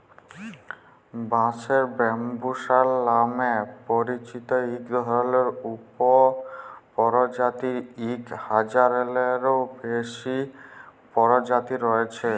বাঁশের ব্যম্বুসা লামে পরিচিত ইক ধরলের উপপরজাতির ইক হাজারলেরও বেশি পরজাতি রঁয়েছে